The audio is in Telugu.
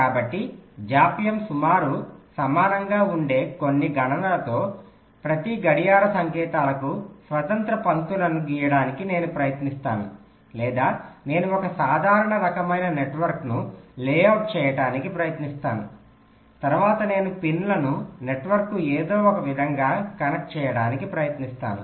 కాబట్టి జాప్యం సుమారు సమననంగా ఉండే కొన్ని గణనలతో ప్రతి గడియార సంకేతాలకు స్వతంత్ర పంక్తులను గీయడానికి నేను ప్రయత్నిస్తాను లేదా నేను ఒక సాధారణ రకమైన నెట్వర్క్ను లేఅవుట్ చేయడానికి ప్రయత్నిస్తానుతరువాత నేను పిన్లను నెట్వర్క్కు ఏదో ఒక విధంగా కనెక్ట్ చేయడానికి ప్రయత్నిస్తాను